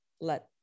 let